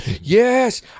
Yes